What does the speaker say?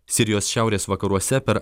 sirijos šiaurės vakaruose per